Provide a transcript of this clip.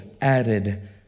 added